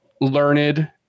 learned